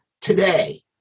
today